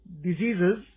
diseases